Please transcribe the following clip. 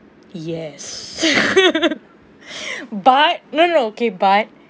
yes but no no no okay but